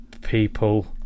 people